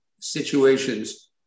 situations